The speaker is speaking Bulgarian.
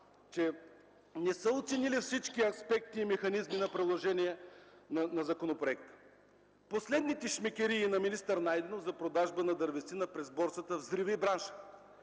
че не са оценили всички аспекти и механизми на приложение на законопроекта. Последните шмекерии на министър Найденов за продажба на дървесина през борсата взривиха бранша.